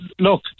Look